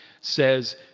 says